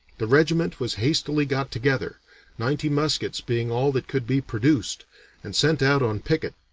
the regiment was hastily got together ninety muskets being all that could be produced and sent out on picket.